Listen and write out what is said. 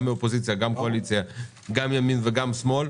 גם ימין וגם שמאל.